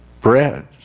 bread